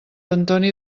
antoni